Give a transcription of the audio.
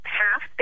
half